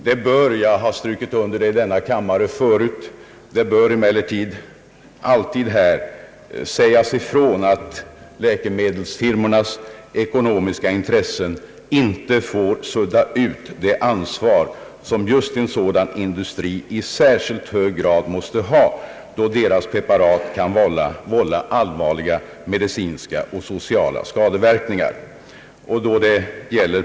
Det bör — jag har strukit under det i denna kammare förut — emellertid alltid sägas ifrån att läkemedelsfirmornas ekonomiska intressen inte får sudda ut det ansvar som just en sådan industri i särskilt hög grad måste ha, då deras preparat kan vålla allvarliga medicinska och sociala skadeverkningar.